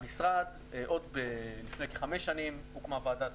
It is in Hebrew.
עוד לפני כחמש שנים הוקמה ועדת